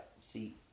see